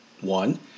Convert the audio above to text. One